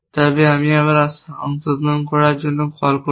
তবে আমি আবার সংশোধন করার জন্য কল করব